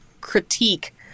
critique